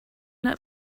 not